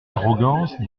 arrogance